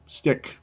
stick